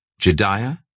Jediah